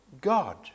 God